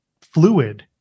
fluid